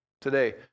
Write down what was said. today